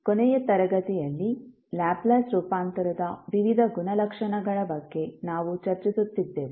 ಕೊನೆಯ ತರಗತಿಯಲ್ಲಿ ಲ್ಯಾಪ್ಲೇಸ್ ರೂಪಾಂತರದ ವಿವಿಧ ಗುಣಲಕ್ಷಣಗಳ ಬಗ್ಗೆ ನಾವು ಚರ್ಚಿಸುತ್ತಿದ್ದೆವು